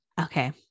Okay